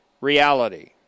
reality